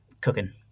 cooking